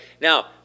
Now